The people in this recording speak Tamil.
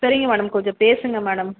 சரிங்க மேடம் கொஞ்சம் பேசுங்கள் மேடம்